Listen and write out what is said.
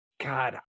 God